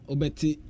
Obeti